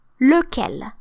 lequel